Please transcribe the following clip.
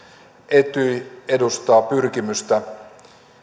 etyj edustaa pyrkimystä